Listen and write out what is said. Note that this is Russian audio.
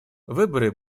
выборы